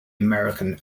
american